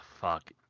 fuck